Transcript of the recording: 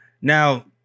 Now